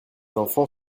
enfant